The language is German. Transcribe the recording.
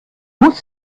muss